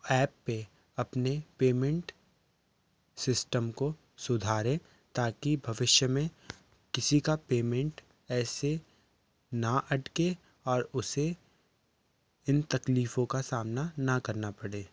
app पे अपने payment system को सुधारें ताकि भविष्य में किसी का पेमेंट ऐसे ना अटके और उसे इन तकलीफों का सामना ना करना पड़े